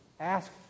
ask